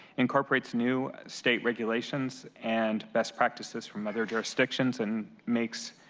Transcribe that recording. incorporating new state regulations, and best practices from other jurisdictions, and makes